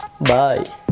bye